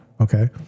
Okay